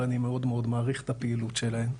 ואני מאוד מעריך את הפעילות שלהן.